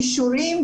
אישורים,